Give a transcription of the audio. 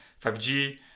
5G